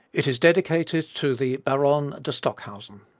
it is dedicated to the baronne de stockhausen.